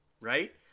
right